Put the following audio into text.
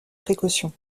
précautions